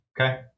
Okay